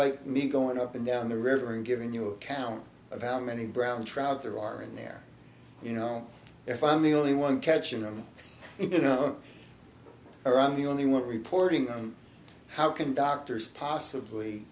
like me going up and down the river and giving you account of how many brown trout there are in there you know if i'm the only one catching them you know around the only one reporting how can doctors possibly